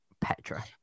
Petra